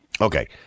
Okay